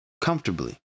Comfortably